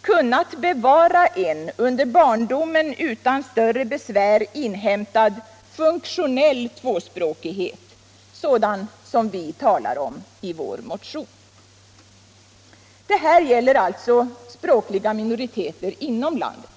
kunnat bevara en under barndomen utan besvär inhämtad funktionell tvåspråkighet, något som vi talar om i vår motion. Det här gäller alltså språkliga minoriteter inom landet.